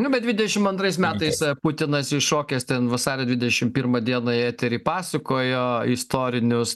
nu bet dvidešim antrais metais putinas įšokęs ten vasario dvidešim pirmą dieną į eterį pasakojo istorinius